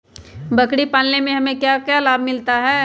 बकरी पालने से हमें क्या लाभ मिलता है?